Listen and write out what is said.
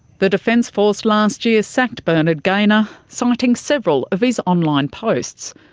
the defence force last year sacked bernard gaynor, citing several of his online posts.